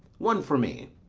one for me.